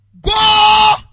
Go